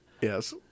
Yes